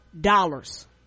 dollars